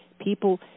people